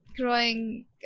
growing